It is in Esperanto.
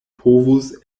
povus